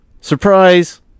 Surprise